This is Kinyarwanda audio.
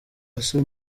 asa